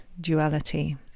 duality